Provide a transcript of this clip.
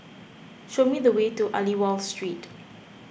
show me the way to Aliwal Street